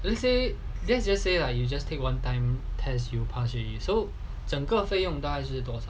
let's say let's just say lah you just take one time test you will pass already so 整个费用大概是多少